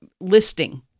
listing